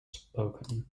spoken